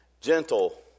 gentle